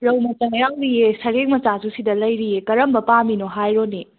ꯔꯧ ꯃꯆꯥ ꯌꯥꯎꯔꯤꯌꯦ ꯁꯔꯦꯡ ꯃꯆꯥꯁꯨ ꯁꯤꯗ ꯂꯩꯔꯤꯌꯦ ꯀꯔꯝꯕ ꯄꯥꯝꯃꯤꯅꯣ ꯍꯥꯏꯔꯣꯅꯦ